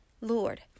Lord